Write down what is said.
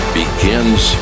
begins